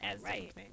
Right